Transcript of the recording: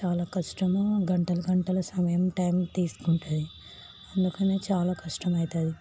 చాలా కష్టము గంటల గంటల సమయం టైం తీసుకుంటుంది అందుకనే చాలా కష్టమవుతుంది